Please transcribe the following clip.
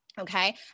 okay